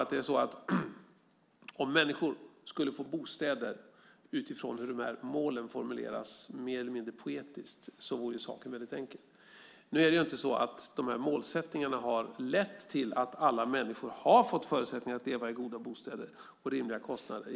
Jag tror att om människor skulle få bostäder utifrån hur målen formuleras - mer eller mindre poetiskt - vore saken enkel. Nu är det inte så att målen har lett till att alla människor har fått förutsättningar att leva i goda bostäder till rimliga kostnader.